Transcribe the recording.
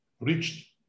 reached